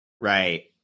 Right